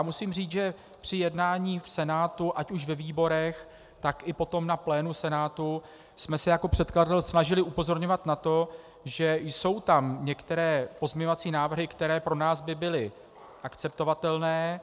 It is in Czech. Musím říct, že při jednání v Senátu, ať už ve výborech, tak i potom na plénu Senátu, jsme se jako předkladatel snažili upozorňovat na to, že jsou tam některé pozměňovací návrhy, které by pro nás byly akceptovatelné.